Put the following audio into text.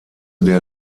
der